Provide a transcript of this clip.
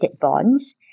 bonds